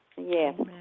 Yes